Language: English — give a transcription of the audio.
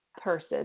person